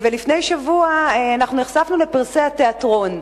לפני שבוע אנחנו נחשפנו לפרסי התיאטרון.